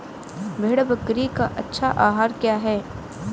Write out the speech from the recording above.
भेड़ बकरी का अच्छा आहार क्या है?